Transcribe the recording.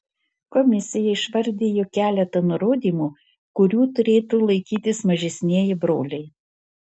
komisija išvardijo keletą nurodymų kurių turėtų laikytis mažesnieji broliai